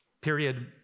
Period